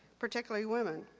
particularly women.